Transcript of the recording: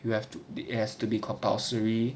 you have to do it has to be compulsory